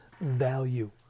value